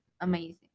amazing